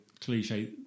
cliche